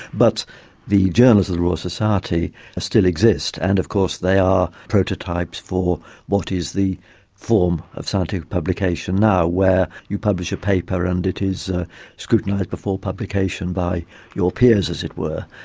but the journals of the royal society still exist, and of course they are prototypes for what is the form of scientific publication now where you publish a paper and it is ah scrutinised before publication by your peers, as it were,